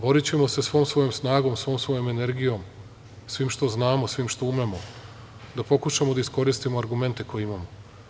Borićemo se svom svojom snagom, svom svojom energijom, svim što znamo i umemo, da pokušamo da iskoristimo argumente koje imamo.